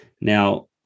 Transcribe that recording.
Now